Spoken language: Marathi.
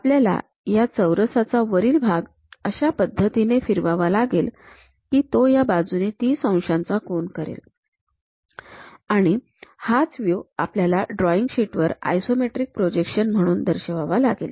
आपल्याला चौरसाचा वरील भाग अशा पद्धतीने फिरवावा लागेल की तो या बाजुंनी ३० अंशांचा कोन करेल आणि हाच व्ह्यू आपल्याला ड्रॉईंग शीट वर आयसोमेट्रिक प्रोजेक्शन म्हणून दर्शवावा लागेल